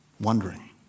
wondering